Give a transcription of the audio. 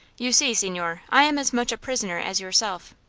you see, signore, i am as much a prisoner as yourself.